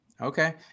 Okay